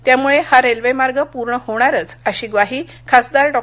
त्यामुळं हा रेल्वेमार्ग पूर्ण होणारचं अशी ग्वाही खासदार डॉ